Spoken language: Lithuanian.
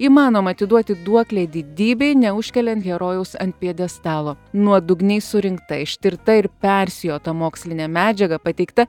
įmanoma atiduoti duoklę didybei neužkeliant herojaus ant pjedestalo nuodugniai surinkta ištirta ir persijota mokslinė medžiaga pateikta